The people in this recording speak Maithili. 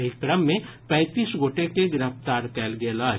एहि क्रम मे पैंतीस गोटे के गिरफ्तार कयल गेल अछि